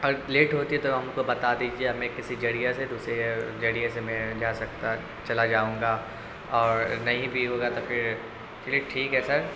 اور لیٹ ہوتی ہے تو ہم کو بتا دیجیے ہمیں کسی ذریعہ سے دوسرے ذریعے سے میں جا سکتا چلا جاؤں گا اور نہیں بھی ہوگا تو پھر چلیے ٹھیک ہے سر